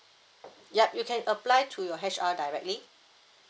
yup you can apply to your H_R directly